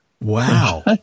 Wow